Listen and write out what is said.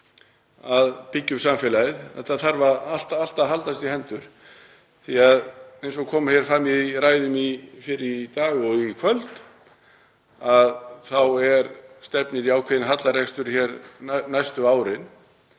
að byggja upp samfélagið. Þetta þarf allt að haldast í hendur því að eins og komið hefur fram í ræðum fyrr í dag og í kvöld þá stefnir í ákveðinn hallarekstur næstu árin.